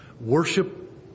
Worship